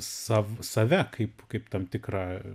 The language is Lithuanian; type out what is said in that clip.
sav save kaip kaip tam tikrą